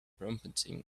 prompting